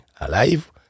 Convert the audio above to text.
alive